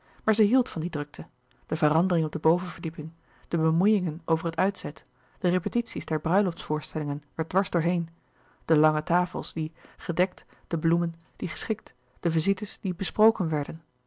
maar zij hield van die drukte de verandering op de bovenverdieping de bemoeiïngen over het uitzet de repetities der bruiloftsvoorstellingen er dwars door heen de lange tafels die gedekt de bloemen die geschikt de visites die besproken werden